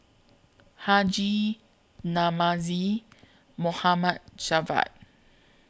Haji Namazie Javad